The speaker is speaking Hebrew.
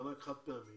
מענק חד-פעמי,